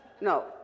No